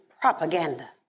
Propaganda